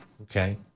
Okay